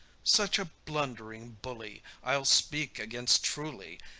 such a blundering bully i'll speak against truly,